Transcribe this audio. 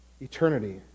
eternity